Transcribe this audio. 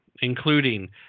including